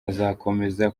azakomeza